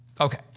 Okay